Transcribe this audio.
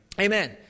Amen